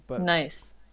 Nice